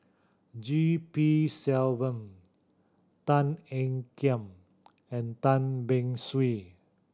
G P Selvam Tan Ean Kiam and Tan Beng Swee